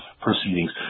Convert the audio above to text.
proceedings